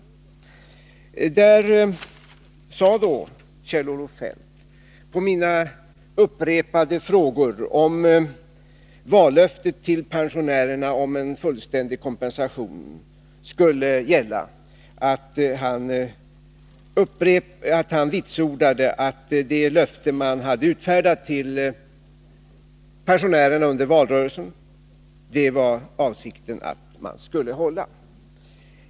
Kjell-Olof Feldt vitsordade då, på mina upprepade frågor, om vallöftet till pensionärerna om en fullständig kompensation skulle uppfyllas, att avsikten var att man skulle hålla det löfte man under valrörelsen utställt till pensionärerna.